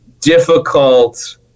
difficult